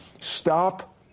Stop